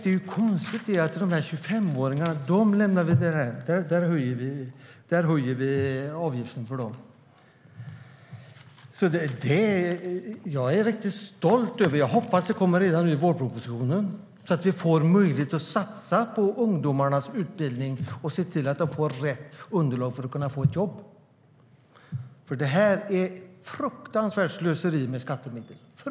Det är konstigt att 25-åringarna ska lämnas därhän och att avgifterna ska höjas för dem. Jag är riktigt stolt över detta. Jag hoppas att detta finns med redan i vårpropositionen, så att vi får möjlighet att satsa på ungdomarnas utbildning och se till att de får rätt underlag för att kunna få ett jobb. Detta är nämligen ett fruktansvärt slöseri med skattemedel.